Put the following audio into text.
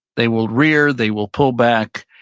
they will rear, they will pull back,